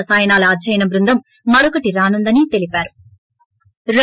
రసాయనాల అధ్యాయన బృందం మరొకటి రానుందని తెలిపారు